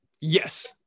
Yes